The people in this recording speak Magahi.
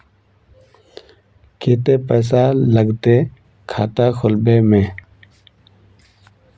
केते पैसा लगते खाता खुलबे में?